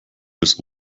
bis